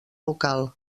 local